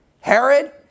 Herod